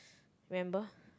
remember